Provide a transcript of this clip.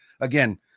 again